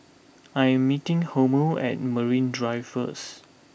I am meeting Helmer at Marine Drive first